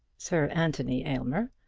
sir anthony aylmer,